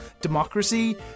Democracy